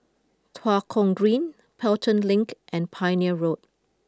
Tua Kong Green Pelton Link and Pioneer Road